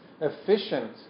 efficient